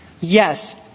Yes